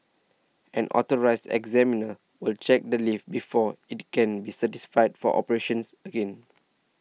an Authorised Examiner will check the lift before it can be certified for operations again